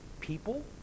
people